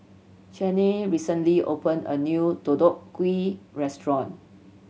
Cheyenne recently opened a new Deodeok Gui restaurant